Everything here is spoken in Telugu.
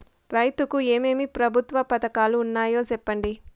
రైతుకు ఏమేమి ప్రభుత్వ పథకాలు ఉన్నాయో సెప్పండి?